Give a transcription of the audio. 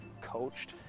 coached